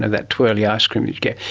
ah that twirly ice cream that you get,